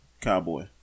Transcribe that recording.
Cowboy